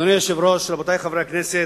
אדוני היושב-ראש, רבותי חברי הכנסת,